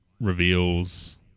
reveals